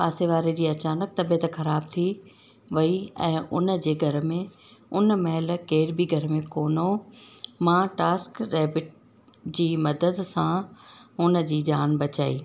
पासे वारे जी अचानकि तबियत ख़राबु थी वेई ऐं हुनजे घर में हुन महिल केर बि घर में कोन हुओ मां टास्करेबिट जी मदद सां हुनजी जाम बचाई